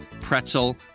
pretzel